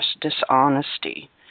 dishonesty